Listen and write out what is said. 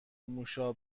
موشا